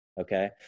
okay